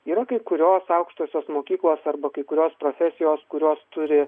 yra kai kurios aukštosios mokyklos arba kai kurios profesijos kurios turi